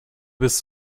bist